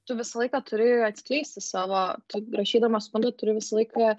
tu visą laiką turi atskleisti savo tu rašydamas skundą turi visą laiką